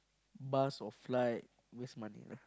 bus or flight waste money